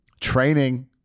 Training